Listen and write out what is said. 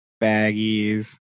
baggies